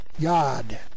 God